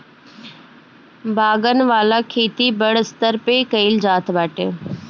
बागन वाला खेती बड़ स्तर पे कइल जाता बाटे